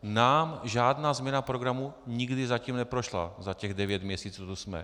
Nám žádná změna programu nikdy zatím neprošla za těch devět měsíců, co jsme.